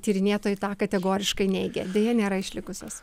tyrinėtojai tą kategoriškai neigia deja nėra išlikusios